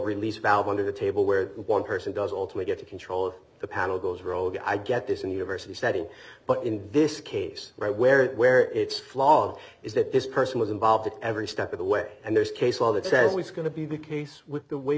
release valve under the table where one person does all to get control of the panel goes rogue i get this in university setting but in this case right where it where it's flaw is that this person was involved in every step of the way and there's case law that says he's going to be the case with the way